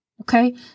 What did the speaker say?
Okay